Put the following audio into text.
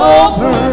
over